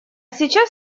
сейчас